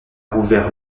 rouvert